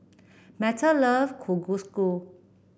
Meta love Kalguksu